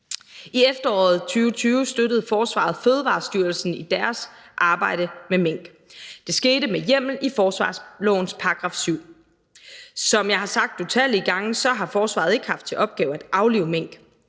I efteråret 2020 støttede forsvaret Fødevarestyrelsen i deres arbejde med mink. Det skete med hjemmel i forsvarslovens § 7. Som jeg har sagt utallige gange, har forsvaret ikke haft til opgave at aflive mink.